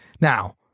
Now